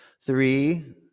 Three